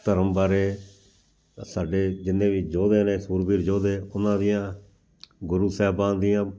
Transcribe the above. ਧਰਮ ਬਾਰੇ ਸਾਡੇ ਜਿੰਨੇ ਵੀ ਯੋਧੇ ਨੇ ਸੂਰਵੀਰ ਯੋਧੇ ਉਹਨਾਂ ਦੀਆਂ ਗੁਰੂ ਸਾਹਿਬਾਨ ਦੀਆਂ